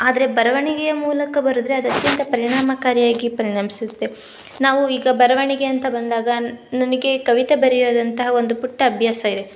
ಆದರೆ ಬರವಣಿಗೆಯ ಮೂಲಕ ಬರೆದ್ರೆ ಅದು ಅತ್ಯಂತ ಪರಿಣಾಮಕಾರಿಯಾಗಿ ಪರಿಣಮಿಸುತ್ತೆ ನಾವು ಈಗ ಬರವಣಿಗೆ ಅಂತ ಬಂದಾಗ ನನಗೆ ಕವಿತೆ ಬರೆಯೋದಂಥ ಒಂದು ಪುಟ್ಟ ಅಭ್ಯಾಸ ಇದೆ